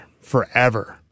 forever